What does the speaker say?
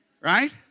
right